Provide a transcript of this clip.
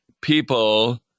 people